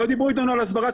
לא דיברו איתנו על הסברה.